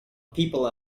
people